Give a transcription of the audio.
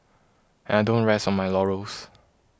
and I don't rest on my laurels